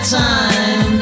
time